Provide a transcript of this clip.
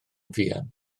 fuan